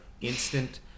instant